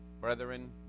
Brethren